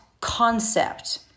concept